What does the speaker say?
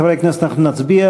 חברי הכנסת, אנחנו נצביע,